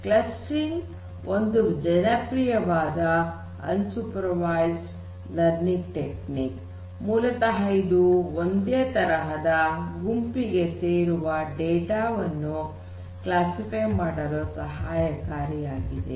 clustering ಒಂದು ಜನಪ್ರಿಯವಾದ unsupervised learning technique ಮೂಲತಃ ಇದು ಒಂದೇ ತರಹದ ಗುಂಪಿಗೆ ಸೇರುವ ಡೇಟಾ ವನ್ನು ಕ್ಲಾಸಿಫೈ ಮಾಡಲು ಸಹಾಯಕಾರಿಯಾಗಿದೆ